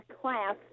class